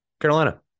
Carolina